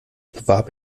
bewarb